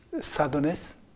Sadness